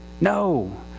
No